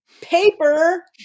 paper